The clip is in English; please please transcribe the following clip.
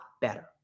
better